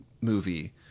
movie